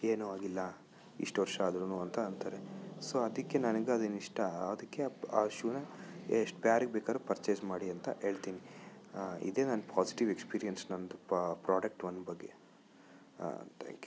ಏನೂ ಆಗಿಲ್ಲ ಇಷ್ಟು ವರ್ಷ ಆದರೂ ಅಂತ ಅಂತಾರೆ ಸೊ ಅದಕ್ಕೆ ನನಗೆ ಅದು ಇಷ್ಟ ಅದಕ್ಕೆ ಆ ಶೂನ ಎಷ್ಟು ಯಾರಿಗೆ ಬೇಕಾದ್ರೂ ಪರ್ಚೇಸ್ ಮಾಡಿ ಅಂತ ಹೇಳ್ತೀನಿ ಇದೇ ನನ್ನ ಪಾಸಿಟಿವ್ ಎಕ್ಸ್ಪೀರಿಯನ್ಸ್ ನನ್ನ ಪ್ರಾಡಕ್ಟ್ ಒನ್ ಬಗ್ಗೆ ತ್ಯಾಂಕ್ಯು